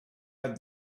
had